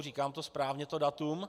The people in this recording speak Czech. Říkám to správně, to datum?